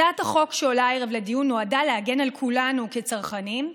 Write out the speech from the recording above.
הצעת החוק שעולה הערב לדיון נועדה להגן על כולנו כצרכנים,